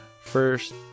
first